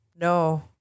no